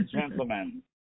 gentlemen